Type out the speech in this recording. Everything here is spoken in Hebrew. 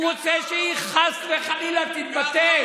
הוא רוצה שהיא, חס וחלילה, תתבטל.